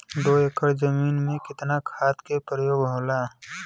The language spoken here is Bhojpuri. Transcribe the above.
दो एकड़ जमीन में कितना खाद के प्रयोग होखेला?